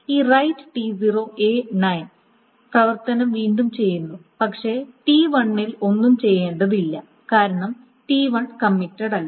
ഈ write T0 A 9 പ്രവർത്തനം വീണ്ടും ചെയ്യുന്നു പക്ഷേ T1 ൽ ഒന്നും ചെയ്യേണ്ടതില്ല കാരണം T1 കമ്മിറ്റഡ് അല്ല